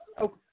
Okay